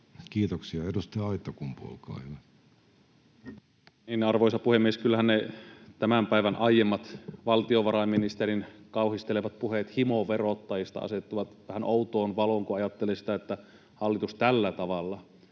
muuttamisesta Time: 21:42 Content: Arvoisa puhemies! Kyllähän ne tämän päivän aiemmat valtiovarainministerin kauhistelevat puheet himoverottajista asettuvat vähän outoon valoon, kun ajattelee sitä, että hallitus tällä tavalla